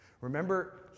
Remember